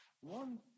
One